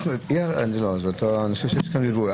הצבעה אני חושב שיש כאן בלבול,